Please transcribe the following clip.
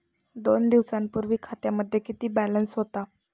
दोन दिवसांपूर्वी खात्यामध्ये किती बॅलन्स होता?